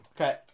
Okay